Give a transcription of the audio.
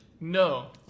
No